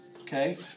Okay